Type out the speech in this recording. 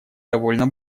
довольно